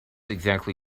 exactly